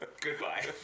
goodbye